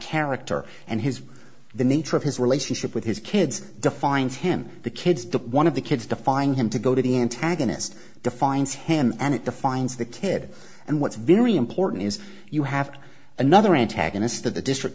character and his the nature of his relationship with his kids defines him the kids do one of the kids to find him to go to the antagonist defines him and it defines the kid and what's very important is you have another antagonist of the district